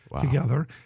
together